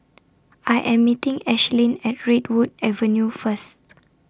I Am meeting Ashlyn At Redwood Avenue First